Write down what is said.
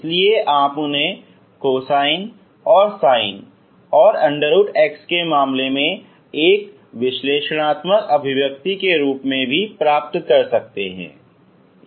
इसलिए आप उन्हें cosin और sin और x के मामले में एक विश्लेषणात्मक अभिव्यक्ति के रूप में भी प्राप्त कर सकते हैं